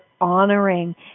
honoring